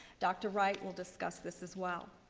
dr. wright will discuss this, as well.